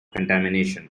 contamination